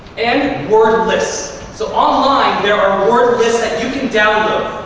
and word lists. so online there are word lists that you can download.